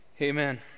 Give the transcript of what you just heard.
Amen